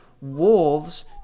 wolves